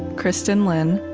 kristin lin,